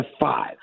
five